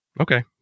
Okay